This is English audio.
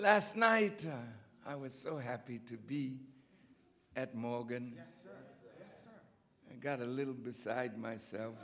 last night i was so happy to be at morgan and got a little beside myself